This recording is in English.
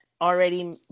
already